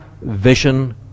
vision